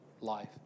life